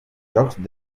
jocs